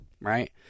right